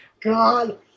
God